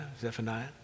Zephaniah